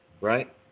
right